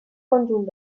conjunt